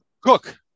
cook